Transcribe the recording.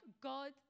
God